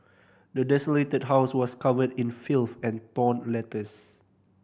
the desolated house was covered in filth and torn letters